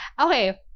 okay